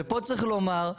ופה צריך לומר,